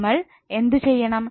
നമ്മൾ എന്തു ചെയ്യണം